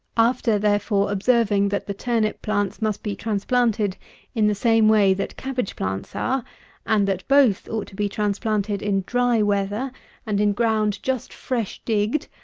after, therefore, observing that the turnip plants must be transplanted in the same way that cabbage plants are and that both ought to be transplanted in dry weather and in ground just fresh digged,